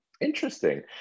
Interesting